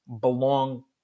belong